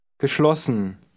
Geschlossen